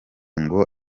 ngo